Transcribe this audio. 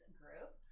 group